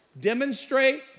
Demonstrate